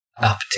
update